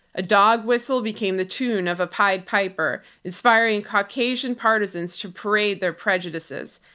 a dog whistle became the tune of a pied piper, inspiring caucasian partisans to parade their prejudices,